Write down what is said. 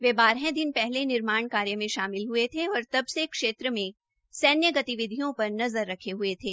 वे बारह दिन पहले निर्माण कार्य में शामिल हुए थे और तब से क्षेत्रों में सैन्य गतिविधियों पर नजर बनाए हुए थे